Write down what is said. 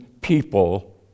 people